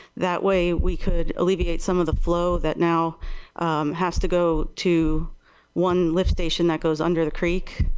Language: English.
that way we could alleviate some of the flow that now has to go to one lift station that goes under the creek.